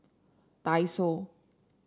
Daiso